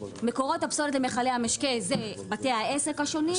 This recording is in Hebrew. מקורות הפסולת למכלי המשקה זה בתי העסק השונים.